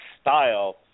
style